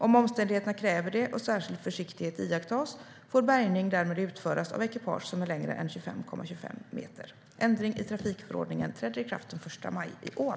Om omständigheterna kräver det och särskild försiktighet iakttas får bärgning därmed utföras av ekipage som är längre än 25,25 meter. Ändringen i trafikförordningen träder i kraft den 1 maj i år.